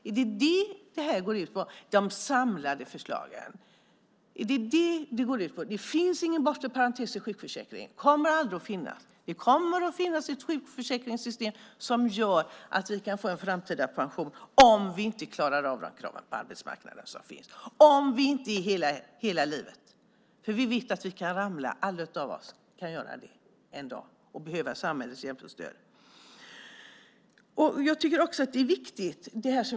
Är det vad de samlade förslagen går ut på? Det finns ingen bortre parentes i sjukförsäkringen och kommer aldrig att finnas. Det kommer att finnas ett sjukförsäkringssystem som gör att vi kan få en framtida pension om vi inte klarar de krav som finns på arbetsmarknaden. Vi kan alla ramla och behöva samhällets hjälp och stöd.